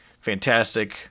fantastic